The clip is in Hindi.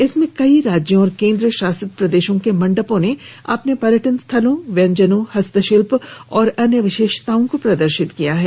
इसमें कई राज्यों और केंद्र शासित प्रदेशों के मंडपों ने अपने पर्यटन स्थलों व्यंजनों हस्तशिल्प और अन्य विशेषताओं को प्रदर्शित किया है